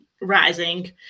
rising